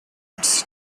its